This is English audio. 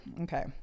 Okay